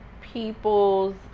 people's